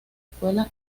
escuela